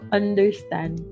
understand